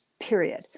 period